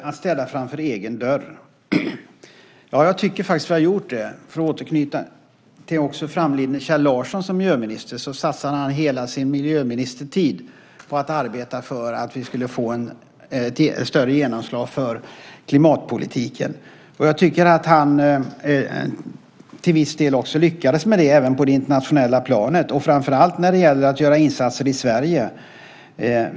Fru talman! Jag tycker att vi har sopat rent framför egen dörr. Jag återknyter också till framlidne miljöminister Kjell Larsson. Han satsade hela sin miljöministertid på att arbeta för att vi skulle få ett större genomslag för klimatpolitiken. Han lyckades till viss del med detta, även på det internationella planet. Det gäller framför allt i fråga om insatser i Sverige.